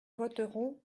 voteront